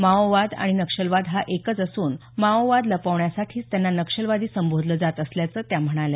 माओवाद आणि नक्षलवाद हा एकच असून माओवाद लपवण्यासाठीच त्यांना नक्षलवादी संबोधले जात असल्याचं त्या म्हणाल्या